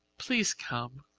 please come.